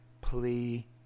plea